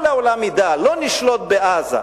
כל העולם ידע, לא נשלוט בעזה.